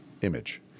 image